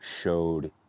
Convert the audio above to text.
showed